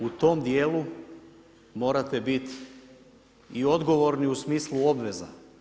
U tom dijelu morate biti i odgovorni u smislu obveza.